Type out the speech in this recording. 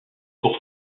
pour